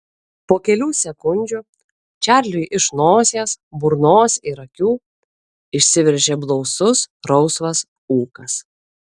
po kelių sekundžių čarliui iš nosies burnos ir akių išsiveržė blausus rausvas ūkas